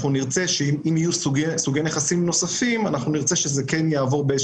אנחנו נרצה שאם יהיו סוגי נכסים נוספים זה יעבור איזו